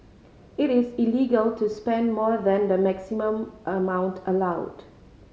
it is illegal to spend more than the maximum amount allowed